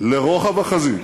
לרוחב החזית,